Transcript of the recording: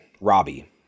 Robbie